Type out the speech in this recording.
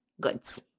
goods